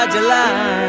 July